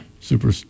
super